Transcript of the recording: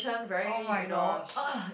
oh-my-gosh